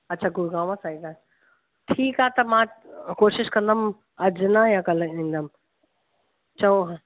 अच्छा गुड़गांव साइड आहे ठीकु आहे त मां कोशिशि कंदमि अॼ ना या कल ईंदमि चओ